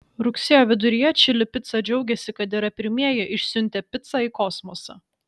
rugsėjo viduryje čili pica džiaugėsi kad yra pirmieji išsiuntę picą į kosmosą